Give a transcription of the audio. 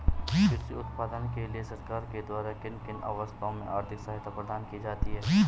कृषि उत्पादन के लिए सरकार के द्वारा किन किन अवस्थाओं में आर्थिक सहायता प्रदान की जाती है?